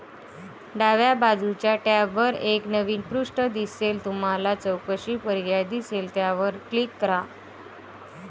डाव्या बाजूच्या टॅबवर एक नवीन पृष्ठ दिसेल तुम्हाला चौकशी पर्याय दिसेल त्यावर क्लिक करा